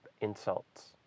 insults